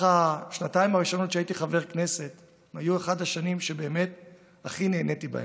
השנתיים הראשונות שבהן הייתי חבר כנסת היו השנים שהכי נהניתי בהן: